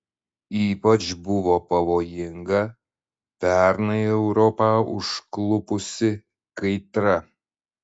ypač buvo pavojinga pernai europą užklupusi kaitra